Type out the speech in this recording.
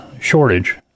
shortage